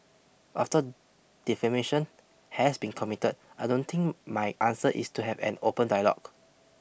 after defamation has been committed I don't think my answer is to have an open dialogue